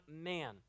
man